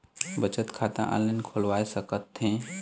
बचत खाता ऑनलाइन खोलवा सकथें?